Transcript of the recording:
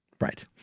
Right